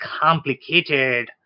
complicated